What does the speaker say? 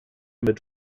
mit